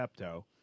Pepto